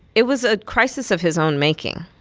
it was a crisis of his own making